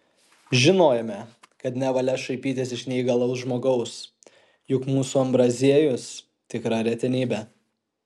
žinojome kad nevalia šaipytis iš neįgalaus žmogaus juk mūsų ambraziejus tikra retenybė